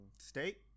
State